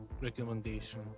recommendation